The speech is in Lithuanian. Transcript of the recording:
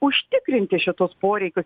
užtikrinti šitus poreikius